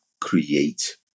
create